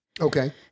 Okay